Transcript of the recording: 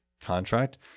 contract